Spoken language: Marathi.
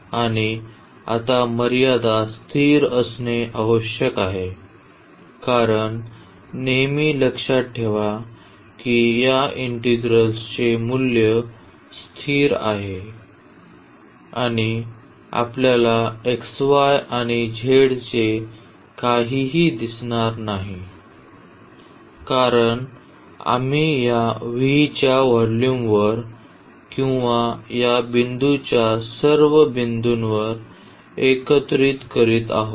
आणि आता मर्यादा स्थिर असणे आवश्यक आहे कारण नेहमी लक्षात ठेवा की या इंटिग्रल्सचे मूल्य स्थिर आहे आणि आपल्याला xy आणि z चे काहीही दिसणार नाही कारण आम्ही या V च्या व्हॉल्यूमवर किंवा या बिंदूच्या सर्व बिंदूंवर एकत्रित करत आहोत